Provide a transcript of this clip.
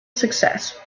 success